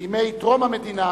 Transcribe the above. בימי טרום המדינה